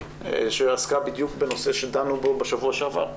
שעסקה בדיוק בנושא שדנו בו בשבוע שעבר,